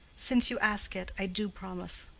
since you ask it, i do promise.